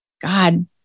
God